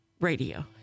radio